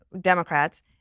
Democrats